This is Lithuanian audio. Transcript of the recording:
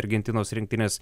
argentinos rinktinės